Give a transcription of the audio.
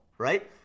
Right